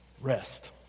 Rest